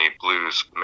Blues